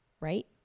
right